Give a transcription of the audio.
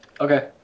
Okay